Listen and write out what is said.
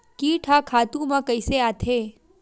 कीट ह खातु म कइसे आथे?